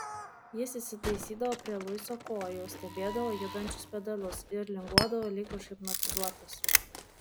jis įsitaisydavo prie luiso kojų stebėdavo judančius pedalus ir linguodavo lyg užhipnotizuotas